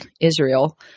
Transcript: Israel